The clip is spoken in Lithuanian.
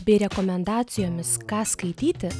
bei rekomendacijomis ką skaityti